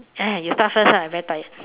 !aiyo! you start ah I very tired